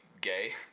gay